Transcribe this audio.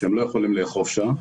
שהם לא יכולים לאכוף שם,